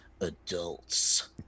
Adults